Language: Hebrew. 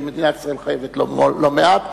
שמדינת ישראל חייבת לו לא מעט,